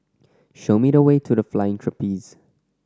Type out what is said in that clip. show me the way to The Flying Trapeze